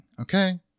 okay